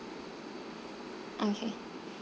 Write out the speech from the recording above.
okay